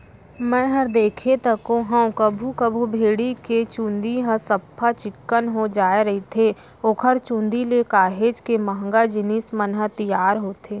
मैंहर देखें तको हंव कभू कभू भेड़ी के चंूदी ह सफ्फा चिक्कन हो जाय रहिथे ओखर चुंदी ले काहेच के महंगा जिनिस मन ह तियार होथे